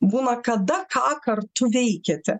būna kada ką kartu veikėte